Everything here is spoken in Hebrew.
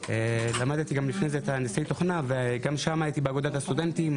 למדתי לפני הנדסאי תוכנה וגם שם הייתי באגודת הסטודנטים,